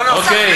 לא לא, לא כנסת.